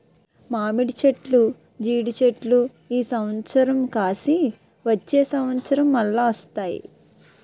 మామిడి చెట్లు జీడి చెట్లు ఈ సంవత్సరం కాసి వచ్చే సంవత్సరం మల్ల వస్తాయి